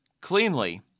cleanly